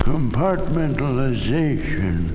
Compartmentalization